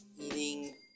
eating